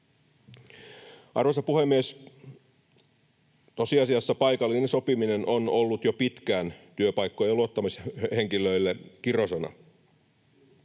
Arvoisa puhemies! Tosiasiassa paikallinen sopiminen on ollut jo pitkään työpaikkojen luottamushenkilöille kirosana.